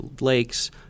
lakes